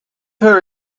her